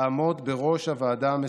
אעמוד בראש הוועדה המסדרת.